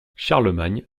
charlemagne